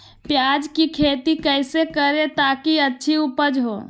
प्याज की खेती कैसे करें ताकि अच्छी उपज हो?